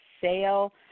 sale